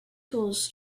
tools